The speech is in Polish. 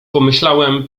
pomyślałem